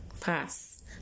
pass